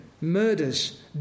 murders